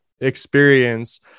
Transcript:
experience